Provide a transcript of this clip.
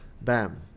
bam